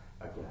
again